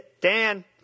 Dan